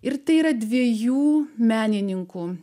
ir tai yra dviejų menininkų